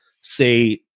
say